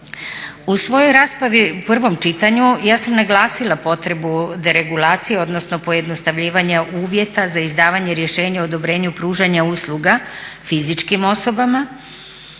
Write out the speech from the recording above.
U svojoj raspravi u prvom čitanju ja sam naglasila potrebu deregulacije odnosno pojednostavljivanja uvjeta za izdavanje rješenja o odobrenju pružanja usluga fizičkim osobama.